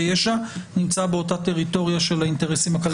ישע נמצא באותה טריטוריה של האינטרסים הכלכליים.